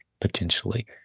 potentially